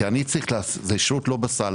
זה שירות לא בסל.